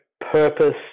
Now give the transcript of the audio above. purpose